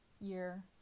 year